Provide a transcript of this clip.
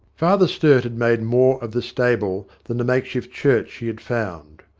father sturt had made more of the stable than the make-shift church he had found.